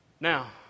Now